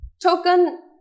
token